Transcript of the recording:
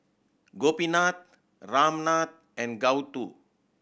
Gopinath Ramnath and Gouthu